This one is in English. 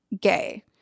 gay